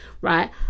right